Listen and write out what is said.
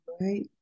right